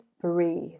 breathe